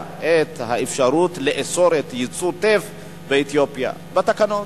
את האפשרות לאסור את ייצוא הטף באתיופיה בתקנות.